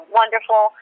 wonderful